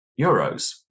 euros